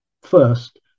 first